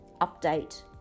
update